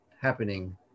happening